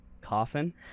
Coffin